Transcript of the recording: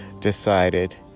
decided